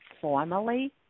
formally